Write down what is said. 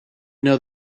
know